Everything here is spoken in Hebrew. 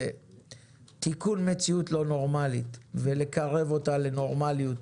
זה תיקון מציאות לא נורמלית ולקרב אותה לנורמליות,